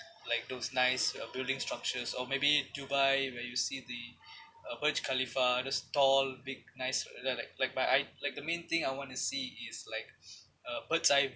like those nice uh building structures or maybe dubai where you see the uh burj khalifa the tall big nice you know like like but I like the main thing I want to see is like uh bird's eye